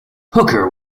hooker